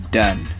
done